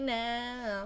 now